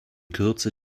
kürze